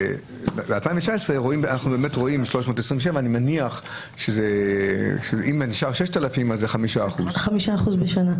ב-2019 אנחנו רואים 327. אני מניח שאם נשארו 6,000 זה 5%. 5% בשנה.